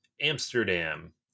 Amsterdam